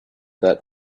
that